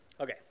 Okay